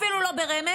אפילו לא ברמז,